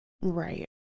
Right